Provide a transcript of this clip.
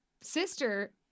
sister